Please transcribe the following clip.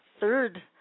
third